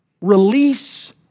release